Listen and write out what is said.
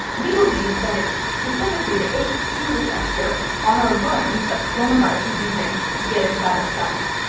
we believe that it's specifically the ace two receptor on our lungs that corona virus is using to get inside our cells.